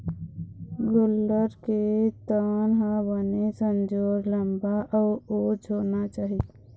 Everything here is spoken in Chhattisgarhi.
गोल्लर के तन ह बने संजोर, लंबा अउ उच्च होना चाही